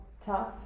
tough